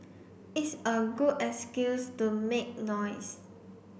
it's a good excuse to make noise